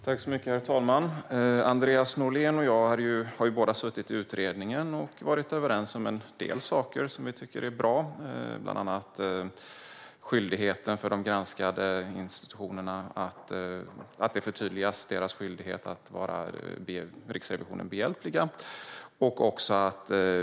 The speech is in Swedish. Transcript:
Herr talman! Andreas Norlén och jag har båda suttit i utredningen och varit överens om en del saker som vi tycker är bra. Det gäller bland annat att skyldigheten förtydligas för de granskade institutionerna att vara Riksrevisionen behjälpliga.